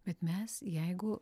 bet mes jeigu